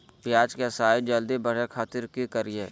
प्याज के साइज जल्दी बड़े खातिर की करियय?